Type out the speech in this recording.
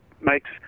makes